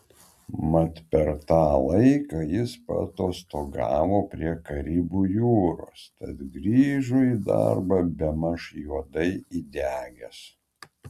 mat per tą laiką jis paatostogavo prie karibų jūros tad grįžo į darbą bemaž juodai įdegęs